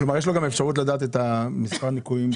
יש לו גם אפשרות לדעת את מספר הניכויים?